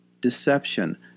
Deception